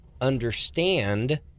Understand